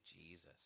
Jesus